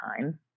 time